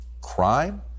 crime